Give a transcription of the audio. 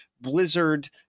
Blizzard